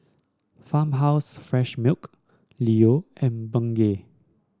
Farmhouse Fresh Milk Leo and Bengay